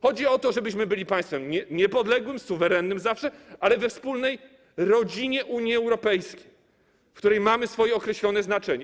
Chodzi o to, żebyśmy byli państwem niepodległym, suwerennym zawsze, ale we wspólnej rodzinie Unii Europejskiej, w której mamy swoje określone znaczenie.